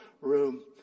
room